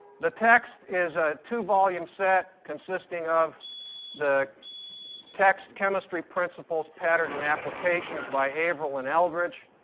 the text is a two-volume set consisting of the text chemistry principles, patterns, and applications by averill and eldredge,